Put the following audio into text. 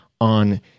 on